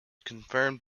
confirmed